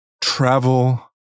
Travel